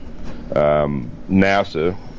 NASA